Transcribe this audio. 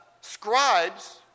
scribes